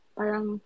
parang